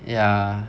yeah